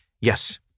Yes